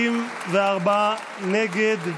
54 נגד.